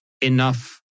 enough